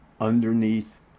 underneath